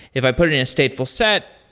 if i put it in a stateful set,